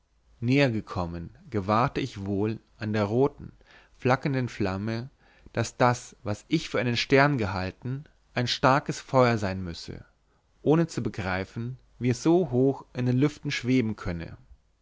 gekommen gewahrte ich wohl an der roten flackernden flamme daß das was ich für einen stern gehalten ein starkes feuer sein müsse ohne zu begreifen wie es so hoch in den lüften schweben könne